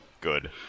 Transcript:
Good